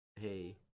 Hey